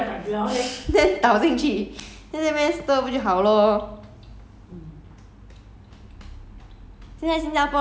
加一点点 su~ sugar strand 要不然你去后面拿一点点糖 then then 倒进去 then 那边 stir 不就好 lor